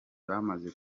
bamaze